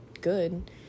good